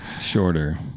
shorter